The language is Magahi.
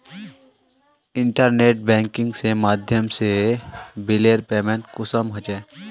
इंटरनेट बैंकिंग के माध्यम से बिलेर पेमेंट कुंसम होचे?